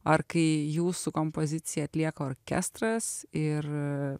ar kai jūsų kompoziciją atlieka orkestras ir